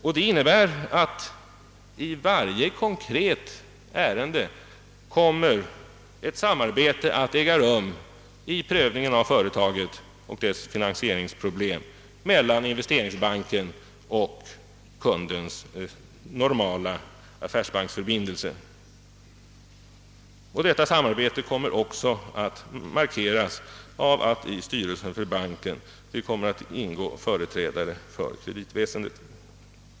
Det innebär att i varje konkret ärende kommer ett samarbete att äga rum vid prövningen av företaget och dess finansieringsproblem mellan investeringsbanken och kundens normala affärsbankförbindelse. Detta samarbete kommer också att markeras av att i styrelsen för banken ingår företrädare för kreditväsendet.